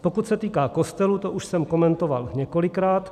Pokud se týká kostelů, to už jsem komentoval několikrát.